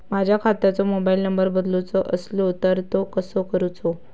माझ्या खात्याचो mobile number बदलुचो असलो तर तो कसो करूचो?